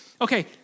Okay